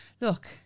look